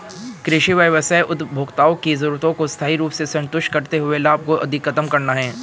कृषि व्यवसाय उपभोक्ताओं की जरूरतों को स्थायी रूप से संतुष्ट करते हुए लाभ को अधिकतम करना है